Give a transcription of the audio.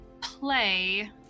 play